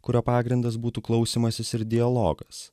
kurio pagrindas būtų klausymasis ir dialogas